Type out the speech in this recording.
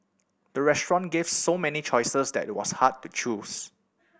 the restaurant gave so many choices that it was hard to choose